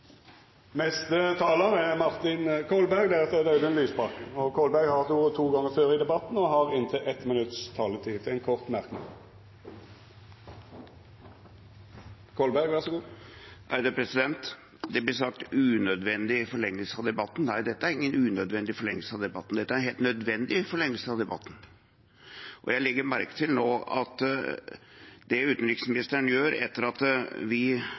Martin Kolberg har hatt ordet to gonger tidlegare og får ordet til ein kort merknad, avgrensa til 1 minutt. Det ble sagt «unødvendig» forlengelse av debatten. Nei, dette er ingen unødvendig forlengelse av debatten, dette er en helt nødvendig forlengelse av debatten. Jeg legger merke til at utenriksministeren, etter at vi